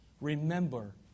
remember